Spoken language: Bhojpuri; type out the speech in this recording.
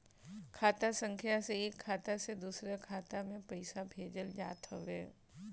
खाता संख्या से एक खाता से दूसरा खाता में पईसा भेजल जात हवे